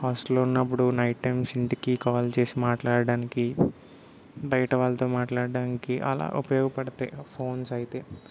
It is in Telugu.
హాస్టల్లో ఉన్నప్పుడు నైట్ టైమ్స్ ఇంటికి కాల్ చేసి మాట్లాడడానికి బయట వాళ్ళతో మాట్లాడడానికి అలా ఉపయోగపడతాయి ఆ ఫోన్స్ అయితే